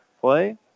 play